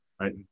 right